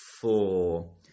four